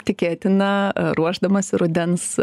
tikėtina ruošdamasi rudens